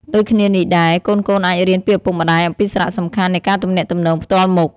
ដូចគ្នានេះដែរ កូនៗអាចរៀនពីឪពុកម្តាយអំពីសារៈសំខាន់នៃការទំនាក់ទំនងផ្ទាល់មុខ។